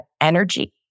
energy